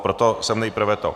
Proto jsem nejprve to...